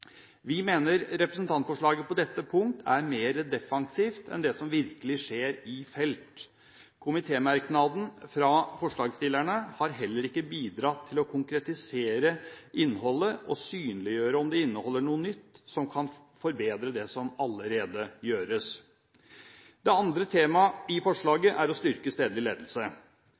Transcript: Vi mener representantforslaget på dette punkt er mer defensivt enn det som virkelig skjer i felt. Komitémerknaden fra forslagsstillerne har heller ikke bidratt til å konkretisere innholdet og synliggjøre om det inneholder noe nytt som kan forbedre det som allerede gjøres. Det andre temaet i forslaget er å styrke stedlig ledelse.